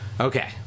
Okay